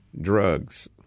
drugs